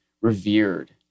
revered